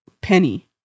Penny